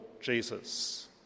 Jesus